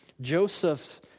Joseph